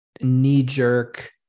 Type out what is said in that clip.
knee-jerk